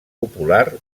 popular